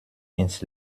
ins